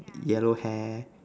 yellow hair